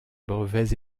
brevets